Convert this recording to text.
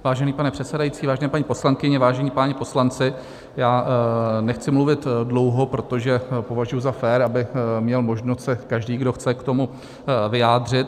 Vážený pane předsedající, vážené paní poslankyně, vážení páni poslanci, já nechci mluvit dlouho, protože považuji za fér, aby měl možnost se každý, kdo chce, k tomu vyjádřit.